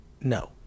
No